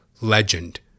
legend